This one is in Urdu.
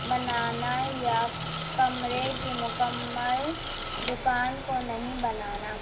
بنانا یا کمرے کی مکمل دکان کو نہیں بنانا